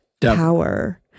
power